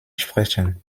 sprechen